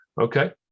Okay